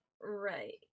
Right